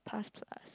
past plus